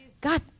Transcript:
God